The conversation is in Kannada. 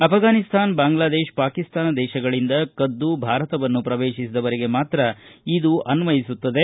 ಅಪಘಾನಿಸ್ತಾನ ಬಾಂಗ್ಲಾದೇಶ ಪಾಕಿಸ್ತಾನ ದೇತಗಳಿಂದ ಕದ್ದು ಭಾರತವನ್ನು ಶ್ರವೇಶಿಸಿದವರಿಗೆ ಮಾತ್ರ ಇದು ಅನ್ವಯಿಸುತ್ತದೆ